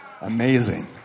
Amazing